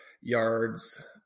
yards